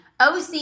OC